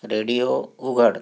radio उघड